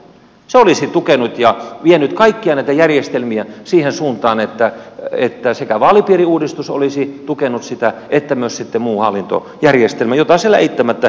se olisi tukenut ja vienyt kaikkia näitä järjestelmiä siihen suuntaan että sekä vaalipiiriuudistus olisi tukenut sitä että myös muu hallintojärjestelmä jota siellä eittämättä tulevaisuudessakin tulee olemaan